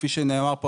כפי שנאמר פה,